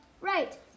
Right